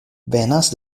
venas